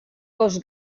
gos